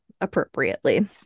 appropriately